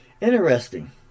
Interesting